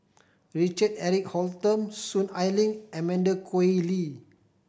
Richard Eric Holttum Soon Ai Ling and Amanda Koe Lee